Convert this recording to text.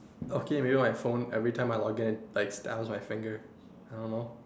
okay maybe with my phone everytime I log in like I dial with my fingers I don't know